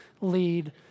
lead